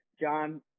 John